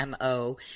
MO